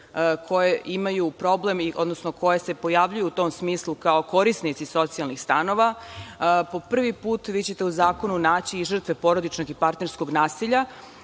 koje imaju problem i koje se pojavljuju, u tom smislu, kao korisnici socijalnih stanova. Po prvi put, vi ćete u zakonu naći žrtve porodičnog i partnerskog nasilja.